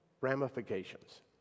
ramifications